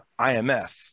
IMF